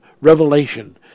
revelation